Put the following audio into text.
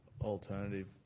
alternative